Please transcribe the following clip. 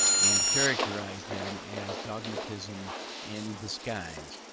and characterized them as dogmatism in disguise,